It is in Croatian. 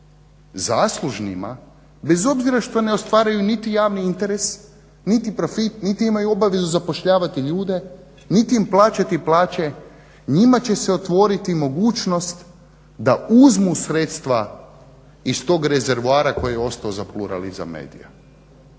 zaslužnima bez obzira što ne ostvaruju niti javni interes, niti profit, niti imaju obavezu zapošljavati ljude, niti im plaćati plaće, njima će se otvoriti mogućnost da uzmu sredstva iz tog rezervoara koji je ostao za pluralizam medija.